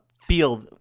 feel